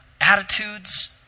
attitudes